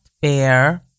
Fair